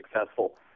successful